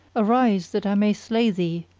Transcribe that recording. arise that i may slay thee,